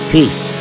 Peace